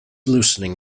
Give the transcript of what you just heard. loosening